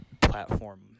platform